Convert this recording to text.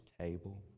table